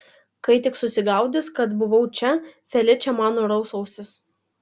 kai tik susigaudys kad buvau čia feličė man nuraus ausis